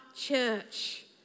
church